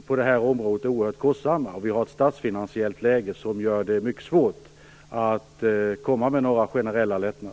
på detta område är oerhört kostsamma, och vi har ett statsfinansiellt läge som gör det mycket svårt att komma med några generella lättnader.